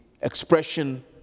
expression